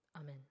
Amen